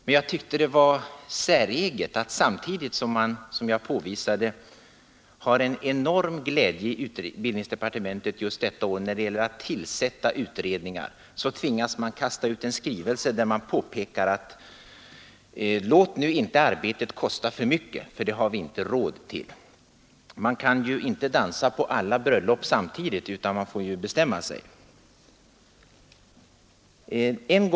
Men jag tyckte det var säreget att samtidigt som man detta år visar en enorm glädje i utbildningsdepartementet när det gäller att tillsätta utredningar, så tvingas man kasta ut en skrivelse där man säger: Låt nu inte arbetet kosta för mycket, ty det har vi inte råd med. Man kan inte dansa på alla bröllop samtidigt, utan man får lov att bestämma sig.